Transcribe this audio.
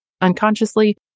unconsciously